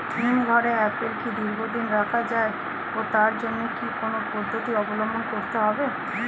হিমঘরে আপেল কি দীর্ঘদিন রাখা যায় ও তার জন্য কি কি পদ্ধতি অবলম্বন করতে হবে?